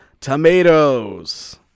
Tomatoes